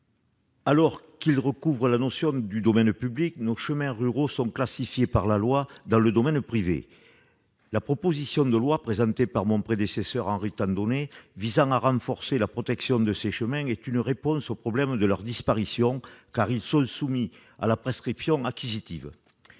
alors qu'ils recouvrent la notion du domaine public, nos chemins ruraux sont classés par la loi dans le domaine privé. La proposition de loi, présentée par mon prédécesseur Henri Tandonnet, visant à renforcer la protection de ces chemins est une réponse au problème de leur disparition, car ils sont soumis à la prescription acquisitive.